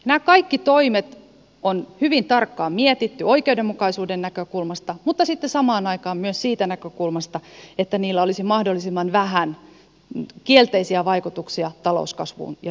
nämä kaikki toimet on hyvin tarkkaan mietitty oikeudenmukaisuuden näkökulmasta mutta sitten samaan aikaan myös siitä näkökulmasta että niillä olisi mahdollisimman vähän kielteisiä vaikutuksia talouskasvuun ja työllisyyteen